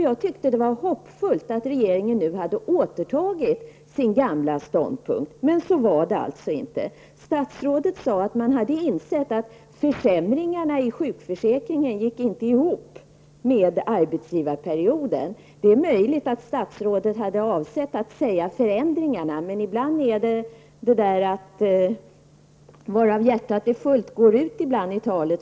Jag ansåg att det var hoppfullt att regeringen nu hade återtagit sin gamla ståndpunkt, men så var det alltså inte. Statsrådet sade att regeringen insett att försämringarna i sjukförsäkringen inte gick ihop med förslaget om arbetsgivarperioden. Det är möjligt att statsrådet hade avsett att säga ''förändringarna'', men ibland går det varav hjärtat är fullt ut i talet.